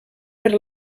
per